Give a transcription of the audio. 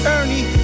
Ernie